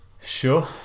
Sure